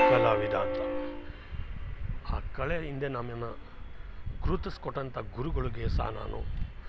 ಕಲಾವಿದಂತೆ ಆ ಕಳೆ ಇಂದೆ ನನ್ನನ್ನ ಗುರುತಿಸಿ ಕೊಟ್ಟಂಥ ಗುರುಗಳಿಗೆ ಸಹ ನಾನು